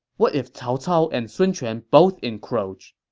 what if cao cao and sun quan both encroach?